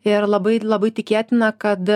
ir labai labai tikėtina kad